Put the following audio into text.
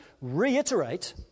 reiterate